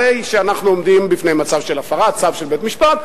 הרי שאנחנו עומדים בפני מצב של הפרת צו של בית-משפט.